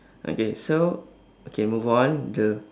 okay so okay move on the